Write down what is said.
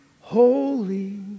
holy